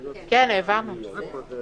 מאפריל